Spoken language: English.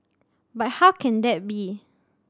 but how can that be